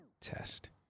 test